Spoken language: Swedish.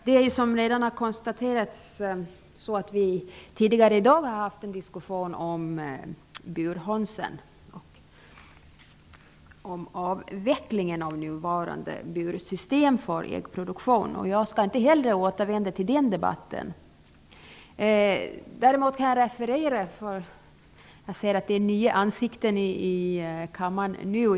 Herr talman! Som redan har konstaterats har vi tidigare i dag haft en diskussion om burhönsen och om avvecklingen av nuvarande bursystem för äggproduktion. Jag skall inte heller återvända till den debatten. Men jag ser att det inte helt oväntat är nya ansikten i kammaren nu.